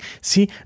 See